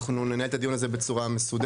אנחנו ננהל את הדיון הזה בצורה מסודרת,